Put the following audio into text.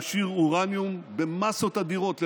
ההסכם יאפשר לאיראן להעשיר אורניום במאסות אדירות,